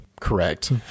Correct